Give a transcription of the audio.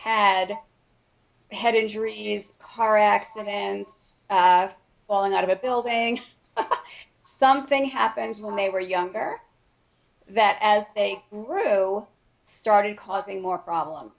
had head injuries car accidents falling out of a building something happens when they were younger that as a row started causing more problem